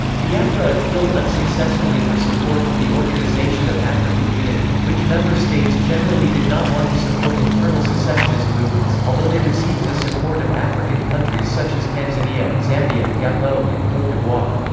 biafra appealed unsuccessfully for support from the organisation of african unity, which member states generally did not want to support internal secessionist movements, although they received the support of african countries such as tanzania, zambia, gabon and cote d'ivoire.